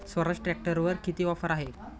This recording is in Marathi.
स्वराज ट्रॅक्टरवर किती ऑफर आहे?